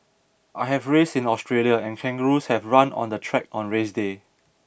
I have raced in Australia and kangaroos have run on the track on race day